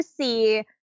see